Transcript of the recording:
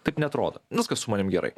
taip neatrodo viskas su manim gerai